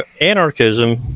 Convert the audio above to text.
anarchism